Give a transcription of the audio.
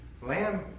lamb